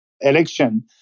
election